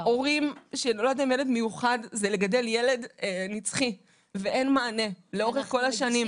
הורים שנולד להם ילד מיוחד זה לגדל ילד נצחי ואין מענה לאורך כל השנים.